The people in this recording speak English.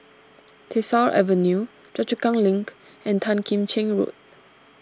Tyersall Avenue Choa Chu Kang Link and Tan Kim Cheng Road